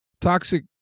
toxic